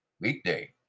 weekday